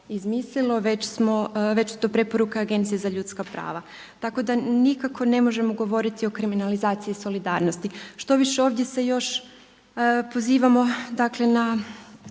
izmislilo već su to preporuke Agencije za ljudska prava. Tako da nikako ne možemo govoriti o kriminalizaciji solidarnosti. Štoviše ovdje se još pozivamo dakle na